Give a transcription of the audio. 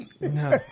No